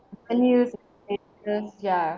a new ya